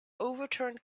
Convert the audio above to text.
overturned